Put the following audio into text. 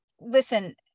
listen